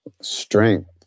strength